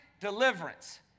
deliverance